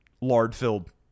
lard-filled